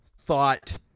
thought